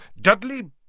Dudley